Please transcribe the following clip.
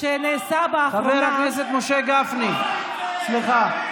שנעשה באחרונה, חבר הכנסת משה גפני, סליחה.